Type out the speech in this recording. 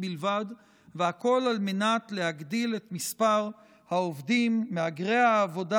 והכול על מנת להגדיל את מספר העובדים מהגרי העבודה